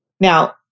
Now